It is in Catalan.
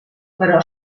però